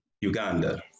Uganda